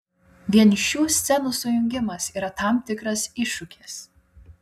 vien šių scenų sujungimas yra tam tikras iššūkis